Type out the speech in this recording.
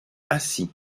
assis